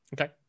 okay